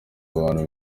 abantu